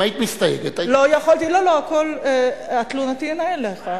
אם היית מסתייגת, היית, לא, לא, תלונתי אינה אליך.